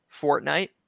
Fortnite